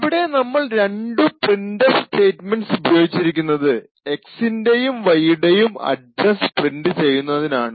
ഇവിടെ നമ്മൾ ഈ രണ്ടു പ്രിൻറ്എഫ് സ്റ്റേറ്റ്മെൻറ്സ് ഉപയോഗിച്ചിരിക്കുന്നത് X ൻറെയും Y യുടെയും അഡ്രസ്സ് പ്രിൻറ് ചെയ്യുന്നതിനാണ്